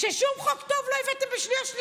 שום חוק טוב לא הבאתם בשנייה ושלישית.